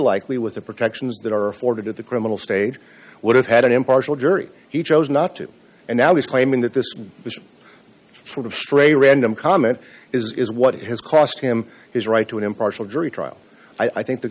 likely with the protections that are afforded at the criminal stage would have had an impartial jury he chose not to and now he's claiming that this was a sort of stray random comment is what it has cost him his right to an impartial jury trial i think th